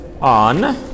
on